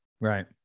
right